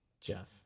Jeff